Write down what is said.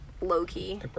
low-key